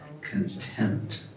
contempt